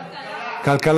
כלכלה.